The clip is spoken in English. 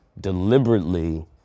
deliberately